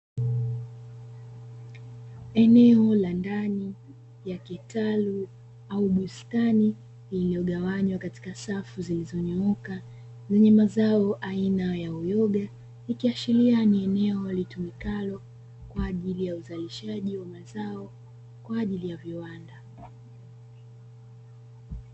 Eneo la ndani la kitalu au bustani lililogawanywa katika safu zilizonyooka zenye mazao aina ya uyoga, ikiashiria ni eneo litumikalo kwa uzalishaji wa mazao kwa ajili ya viwanda.